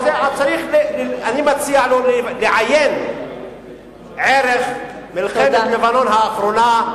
אני מציע לו לעיין ערך מלחמת לבנון האחרונה,